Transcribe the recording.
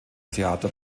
theater